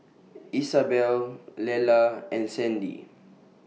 Isabell Lelah and Sandy